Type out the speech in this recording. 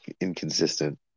inconsistent